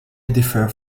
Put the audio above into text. differs